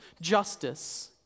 justice